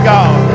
God